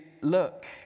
look